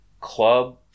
club